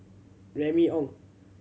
Remy Ong